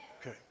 Okay